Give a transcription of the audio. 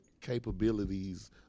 capabilities